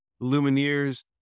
lumineers